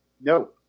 No